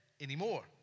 anymore